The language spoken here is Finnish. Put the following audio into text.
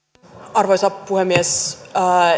arvoisa puhemies